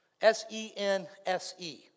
S-E-N-S-E